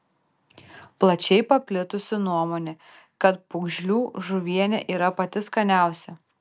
plačiai paplitusi nuomonė kad pūgžlių žuvienė yra pati skaniausia